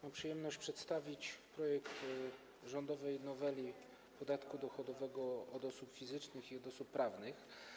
Mam przyjemność przedstawić projekt rządowej noweli dotyczącej podatku dochodowego od osób fizycznych i od osób prawnych.